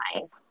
lives